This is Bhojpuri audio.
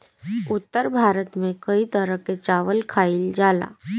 उत्तर भारत में कई तरह के चावल खाईल जाला